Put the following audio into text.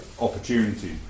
opportunity